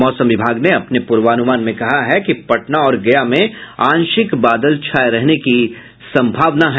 मौसम विभाग ने अपने पूर्वानुमान में कहा है कि पटना और गया में आंशिक बादल छाये रहने की संभावना है